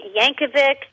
Yankovic